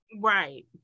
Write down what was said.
right